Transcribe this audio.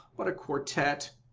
what a quartette!